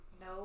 No